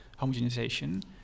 homogenization